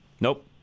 Nope